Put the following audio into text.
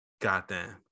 goddamn